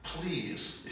Please